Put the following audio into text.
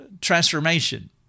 transformation